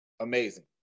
amazing